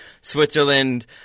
Switzerland